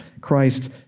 Christ